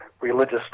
religious